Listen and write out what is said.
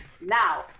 now